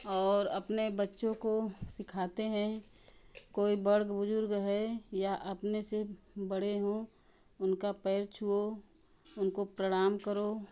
और अपने बच्चों को सिखाते हैं कोई बड़े बुज़ुर्ग है या अपने से बड़े हों उनका पैर छुओ उनको प्रणाम करो